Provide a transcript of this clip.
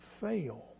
fail